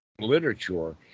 literature